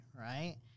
right